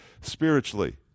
spiritually